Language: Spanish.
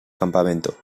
campamento